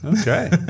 okay